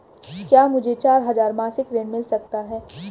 क्या मुझे चार हजार मासिक ऋण मिल सकता है?